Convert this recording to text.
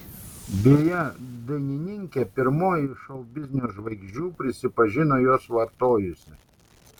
beje dainininkė pirmoji iš šou biznio žvaigždžių prisipažino juos vartojusi